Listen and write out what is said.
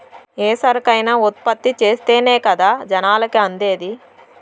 ఏ సరుకైనా ఉత్పత్తి చేస్తేనే కదా జనాలకి అందేది